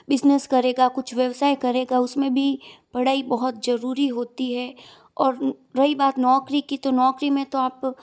business करेगा कुछ व्यवसाय करेगा उस में भी पढ़ाई बहुत ज़रूरी होती है और रही बात नौकरी की तो नौकरी में तो आप